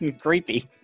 creepy